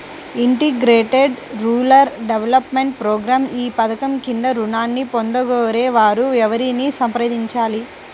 Integrated rural development programme ఈ పధకం క్రింద ఋణాన్ని పొందగోరే వారు ఎవరిని సంప్రదించాలి?